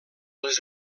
les